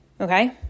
okay